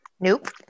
Nope